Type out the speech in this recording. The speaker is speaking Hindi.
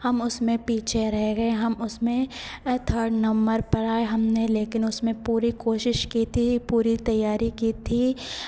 हम उसमें पीछे रह गए हम उसमें थर्ड नंबर पर आए हमने लेकिन उसमें पूरी कोशिश की थी पूरी तैयारी की थी